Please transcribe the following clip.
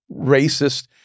racist